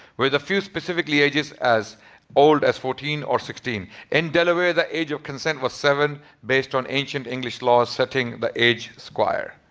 whereas a few specifically ages as old as fourteen or sixteen. in delaware, the age of consent was seven, based on ancient english laws setting the age squire.